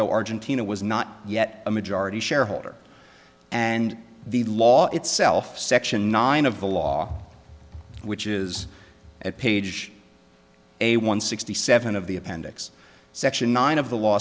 though argentina was not yet a majority shareholder and the law itself section nine of the law which is at page a one sixty seven of the appendix section nine of the la